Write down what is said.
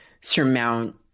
surmount